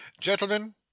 gentlemen